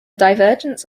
divergence